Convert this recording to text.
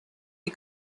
the